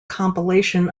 compilation